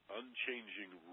unchanging